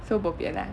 so bo pian lah